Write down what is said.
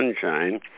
sunshine